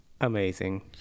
amazing